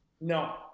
No